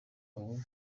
ubu